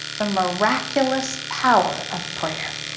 the miraculous power of prayer.